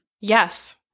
Yes